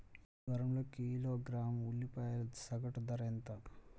ఈ వారం కిలోగ్రాము ఉల్లిపాయల సగటు ధర ఎంత?